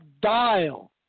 dial